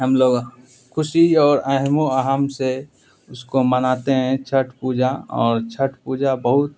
ہم لوگ خوشی اور اہم و اہم سے اس کو مناتے ہیں چھٹ پوجا اور چھٹ پوجا بہت